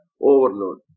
overload